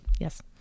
Yes